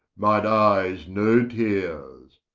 mine eyes no teares.